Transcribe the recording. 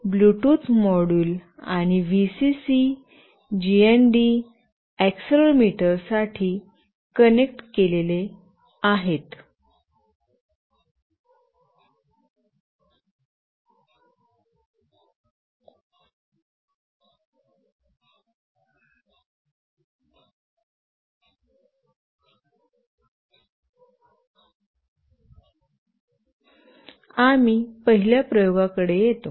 Bluetooth module आणि VCC GND accelerometer साठी connect केलेले आहेत आम्ही पहिल्या प्रयोगाकडे येतो